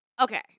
Okay